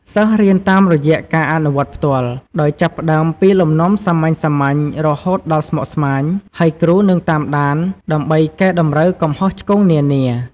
សិស្សរៀនតាមរយៈការអនុវត្តផ្ទាល់ ដោយចាប់ផ្តើមពីលំនាំសាមញ្ញៗ រហូតដល់ស្មុគស្មាញ ហើយគ្រូនឹងតាមដាន ដើម្បីកែតម្រូវកំហុសឆ្គងនានា។